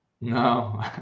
no